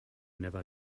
never